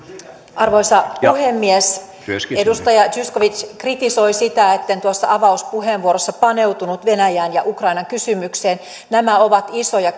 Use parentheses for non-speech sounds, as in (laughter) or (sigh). arvoisa puhemies edustaja zyskowicz kritisoi sitä etten tuossa avauspuheenvuorossa paneutunut venäjään ja ukrainan kysymykseen nämä ovat isoja (unintelligible)